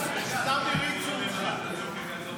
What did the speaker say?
משרד נהדר בכל קנה מידה.